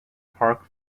park